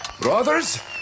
Brothers